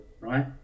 right